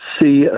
see